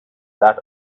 that